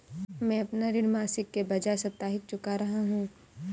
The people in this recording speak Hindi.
मैं अपना ऋण मासिक के बजाय साप्ताहिक चुका रहा हूँ